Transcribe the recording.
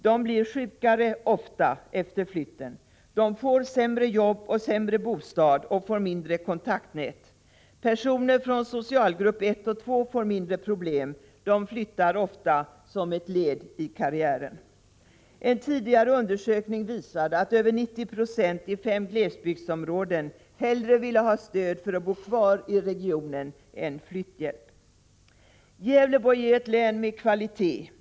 De blir sjuka oftare efter flytten. De får sämre jobb och sämre bostad och får mindre kontaktnät. Personer från socialgrupp 1 och 2 får mindre problem — de flyttar ofta som ett led i karriären. En tidigare undersökning visade att över 90 90 i fem glesbygdsområden hellre ville ha stöd för att bo kvar i regionen än flytthjälp. Gävleborg är ett län med kvalitet.